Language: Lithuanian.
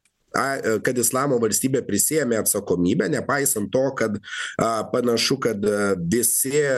kad islamo valstybė prisiėmė atsakomybę nepaisant to kad panašu kad visi